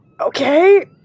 Okay